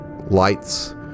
lights